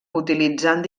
utilitzant